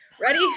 Ready